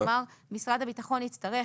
כלומר, משרד הביטחון יצטרך